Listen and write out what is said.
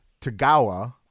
tagawa